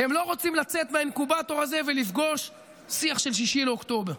והם לא רוצים לצאת מהאינקובטור הזה ולפגוש שיח של 6 באוקטובר.